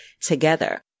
together